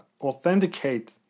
authenticate